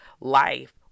life